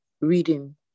reading